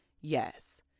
Yes